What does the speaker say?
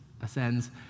ascends